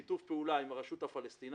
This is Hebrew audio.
שיתוף פעולה עם הרשות הפלסטינית,